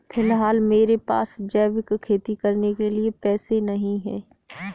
फिलहाल मेरे पास जैविक खेती करने के पैसे नहीं हैं